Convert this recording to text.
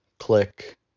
click